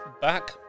back